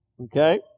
Okay